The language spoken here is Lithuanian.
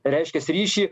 reiškias ryšį